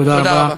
תודה רבה.